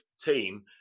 team